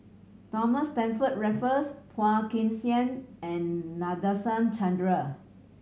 Thomas Stamford Raffles Phua Kin Siang and Nadasen Chandra